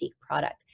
product